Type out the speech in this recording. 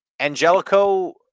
Angelico